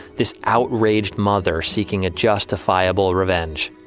this outraged mother seeking a justifiable revenge.